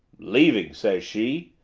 leaving, says she.